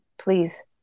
please